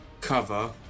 cover